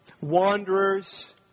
wanderers